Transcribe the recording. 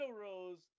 Rose